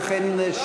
הפעם האחרונה.